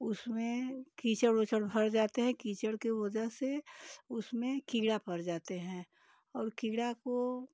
उसमें कीचड़ उचड़ भर जाते हैं कीचड़ के वजह से उसमें कीड़ा पड़ जाते हैं और कीड़ा को